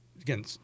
again